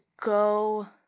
go